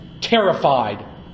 terrified